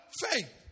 Faith